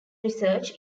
research